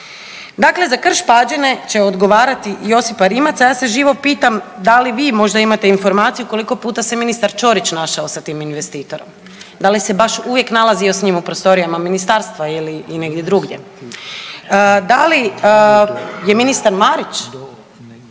Dakle, za Krš-Pađene će odgovarati Josipa Rimac, a ja se živo pitam da li vi možda imate informaciju koliko puta se ministar Ćorić našao sa tim investitorom, da li se baš uvijek nalazio s njim u prostorijama ministarstva ili i negdje drugdje. Da li je ministar Marić